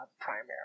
primary